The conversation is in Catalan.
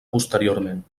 posteriorment